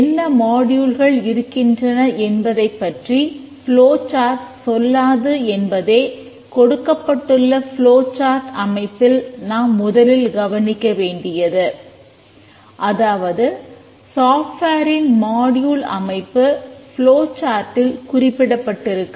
என்ன மாடியூல்கள் ஒடுக்கப்பட்டிருக்கும்